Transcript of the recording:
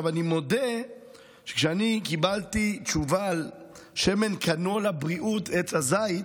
אני מודה שכשאני קיבלתי תשובה על שמן קנולה בריאות עץ הזית,